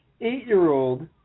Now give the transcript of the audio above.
eight-year-old